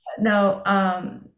No